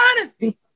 honesty